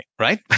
Right